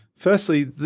Firstly